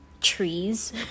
trees